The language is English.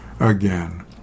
again